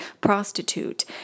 prostitute